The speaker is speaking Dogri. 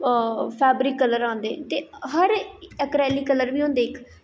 फैबरिक कलर आंदे ते हर अकरैली कलर बी होंदे इक्क